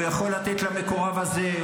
הוא יכול לתת למקורב הזה,